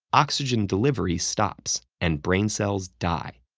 oxygen delivery stops and brain cells die.